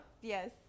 Yes